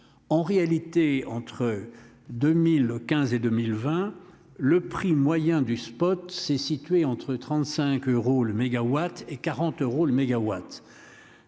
En réalité, entre 2015 et 2020, le prix moyen du spot c'est situé entre 35 euros le mégawatt et 40 euros le mégawatt.